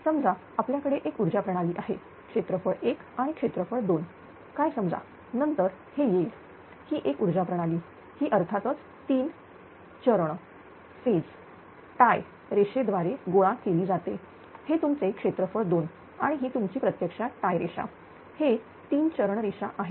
समजा आपल्याकडे एक ऊर्जा प्रणाली आहे क्षेत्रफळ 1 आणि क्षेत्रफळ 2 काय समजा नंतर हे येईल ही एक ऊर्जा प्रणाली ही अर्थातच 3 फेज टाय रेषे द्वारे गोळा केली जाते हे तुमचे क्षेत्रफळ 2 आणि ही तुमची प्रत्यक्षात टाय रेषा हे 3 फेज रेषा आहे